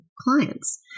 clients